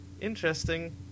interesting